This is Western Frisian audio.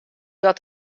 dat